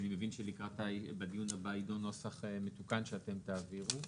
כי אני מבין שבדיון הבא ידון נוסח מתוקן שאתם תעבירו.